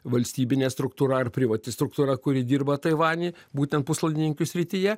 valstybinė struktūra ar privati struktūra kuri dirba taivany būtent puslaidininkių srityje